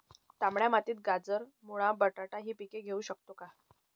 तांबड्या मातीत गाजर, मुळा, बटाटा हि पिके घेऊ शकतो का?